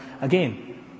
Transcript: Again